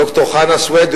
ד"ר חנא סוייד,